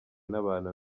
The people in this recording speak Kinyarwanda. n’abantu